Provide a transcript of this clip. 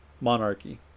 monarchy